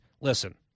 Listen